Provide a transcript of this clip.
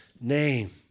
name